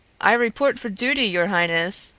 i report for duty, your highness,